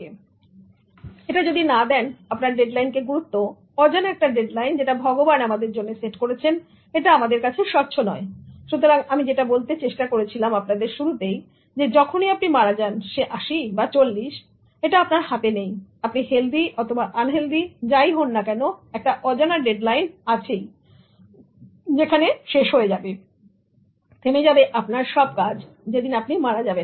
কিন্তু যদি না দেন আপনার ডেডলাইন কে গুরুত্ব অজানা একটা ডেডলাইন যেটা ভগবান আমাদের জন্য সেট করেছেন এটা আমাদের কাছে স্বচ্ছ নয় সুতরাং আমি যেটা বলতে চেষ্টা করেছিলাম আপনাদের শুরুতে যখনই আপনি মারা যান 80 অথবা 40 এটা আপনার হাতে নেই আপনি হেলদি অথবা আনহেলদি যেই হোন না কেন একটা অজানা ডেডলাইন আছেই যাতে যেখানে শেষ হয়ে যাবে থেমে যাবে আপনার সব কাজ যেদিন আপনি মারা যাবেন